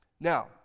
now